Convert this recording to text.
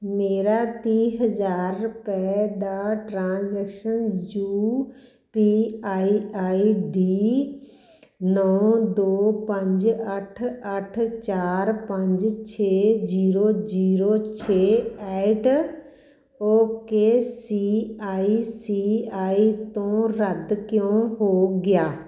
ਮੇਰਾ ਤੀਹ ਹਜ਼ਾਰ ਰੁਪਏ ਦਾ transaction U P I I D ਨੌਂ ਦੋ ਪੰਜ ਅੱਠ ਅੱਠ ਚਾਰ ਪੰਜ ਛੇ ਜੀਰੋ ਜੀਰੋ ਛੇ at okay C I C I ਤੋਂ ਰੱਦ ਕਿਉਂ ਹੋ ਗਿਆ